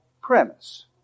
premise